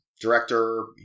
director